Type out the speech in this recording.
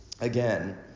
again